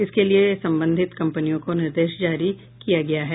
इसके लिए सम्बंधित कम्पनियों को निर्देश जारी किया गया है